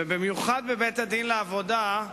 במיוחד בבית-הדין לעבודה,